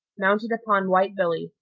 mounted upon white billy,